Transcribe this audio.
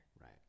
Right